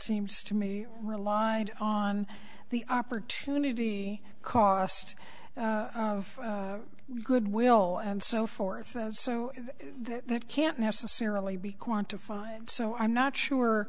seems to me relied on the opportunity cost of good will and so forth so that can't necessarily be quantified so i'm not sure